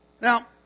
Now